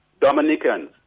Dominicans